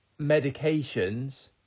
medications